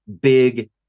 big